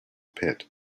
pit